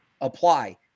apply